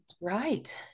right